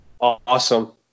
Awesome